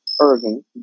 Irving